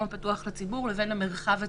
הפתוח לציבור" לבין "המרחב הציבורי"